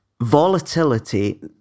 volatility